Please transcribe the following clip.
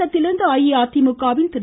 தமிழகத்திலிருந்து அஇஅதிமுகவின் திரு